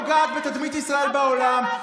את פוגעת בתדמית ישראל בעולם.